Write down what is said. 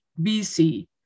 BC